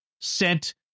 sent